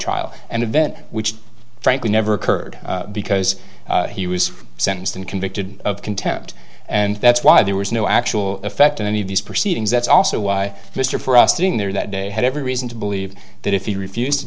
trial and event which frankly never occurred because he was sentenced and convicted of contempt and that's why there was no actual effect in any of these proceedings that's also why mr for us doing there that day had every reason to believe that if he refused to